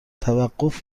توقف